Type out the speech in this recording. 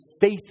faith